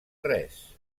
res